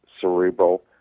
cerebral